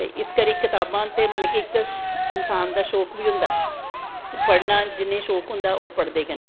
ते इस करी कताबां ते मतलव कि कुश इंसान दा शौंक बी होंदा पढ़नां जिनेंगी शौंक होंदा ऐ ओह् पढ़दे गै न